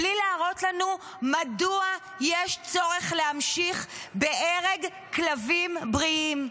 בלי להראות לנו מדוע יש צורך להמשיך בהרג כלבים בריאים.